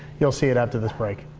you'll see it after this break.